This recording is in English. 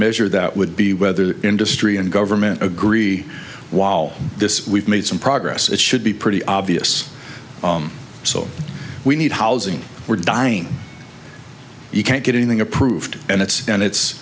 measure that would be whether the industry and government agree while this we've made some progress it should be pretty obvious so we need housing we're dying you can't get anything approved and it's and it's